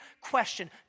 question